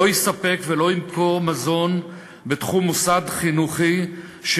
לא יספק ולא ימכור בתחום מוסד חינוכי מזון